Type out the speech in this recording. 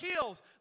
heals